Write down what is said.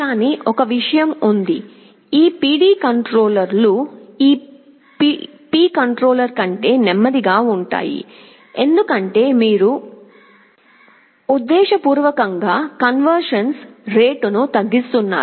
కానీ ఒక విషయం ఉంది ఈ పిడి కంట్రోలర్లు పి కంట్రోలర్ కంటే నెమ్మదిగా ఉంటాయి ఎందుకంటే మీరు ఉద్దేశపూర్వకంగా కన్వర్జెన్స్ రేటును తగ్గిస్తున్నారు